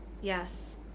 Yes